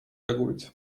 აგურით